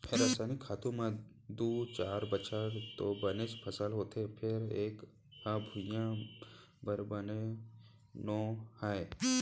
रसइनिक खातू म दू चार बछर तो बनेच फसल होथे फेर ए ह भुइयाँ बर बने नो हय